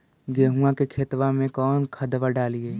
गेहुआ के खेतवा में कौन खदबा डालिए?